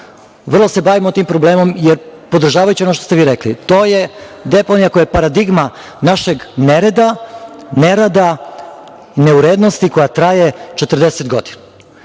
vrlo se bavimo tim problemom, jer, podržavajući ono što se vi rekli, to je deponija koja je paradigma našeg nereda, nerada, neurednosti koja traje 40 godina